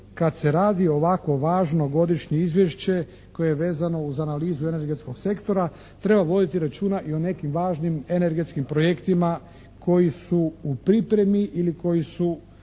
kad se radi ovako važno godišnje izvješće koje je vezano uz analizu energetskog sektora treba voditi računa i o nekim važnim energetskim projektima koji su u pripremi ili koji su